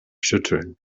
schütteln